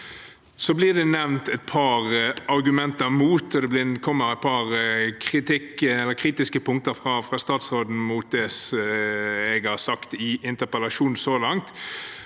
Det blir nevnt et par argumenter mot, og det kommer et par kritiske punkter fra statsråden mot det jeg har sagt i interpellasjonen så langt.